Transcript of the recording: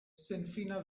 senfina